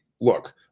look